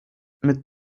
mit